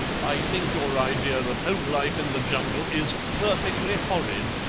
i think your idea of home life in the jungle is perfectly horrid,